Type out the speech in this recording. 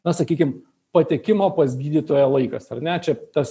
na sakykim patekimo pas gydytoją laikas ar ne čia tas